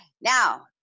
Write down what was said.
Now